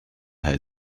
her